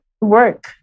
work